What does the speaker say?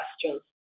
questions